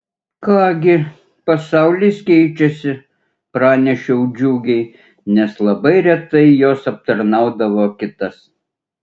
ką gi pasaulis keičiasi pranešiau džiugiai nes labai retai jos aptarnaudavo kitas